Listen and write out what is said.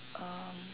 um